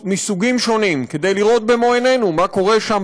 מסוגים שונים כדי לראות במו עינינו מה קורה שם,